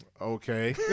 Okay